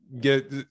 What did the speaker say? get